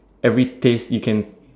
every taste you can